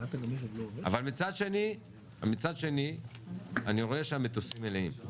אבל מצד שני אני רואה שהמטוסים מלאים.